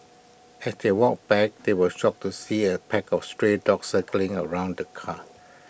as they walked back they were shocked to see A pack of stray dogs circling around the car